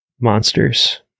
monsters